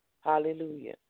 Hallelujah